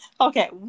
Okay